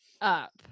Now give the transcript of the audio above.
up